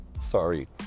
Sorry